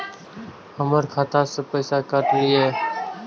हमर खाता से पैसा काट लिए?